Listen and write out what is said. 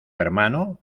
hermano